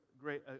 great